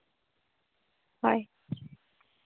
ᱦᱳᱭ